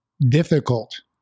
difficult